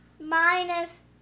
Minus